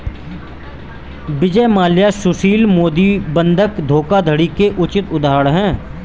विजय माल्या सुशील मोदी बंधक धोखाधड़ी के उचित उदाहरण है